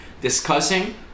discussing